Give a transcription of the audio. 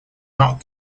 not